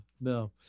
No